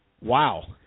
Wow